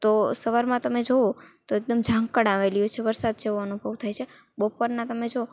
તો સવારમાં તમે જુઓ તો એકદમ ઝાકળ આવેલી હોય છે વરસાદ જેવો અનુભવ થાય છે બપોરનાં તમે જુઓ તો